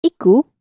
Iku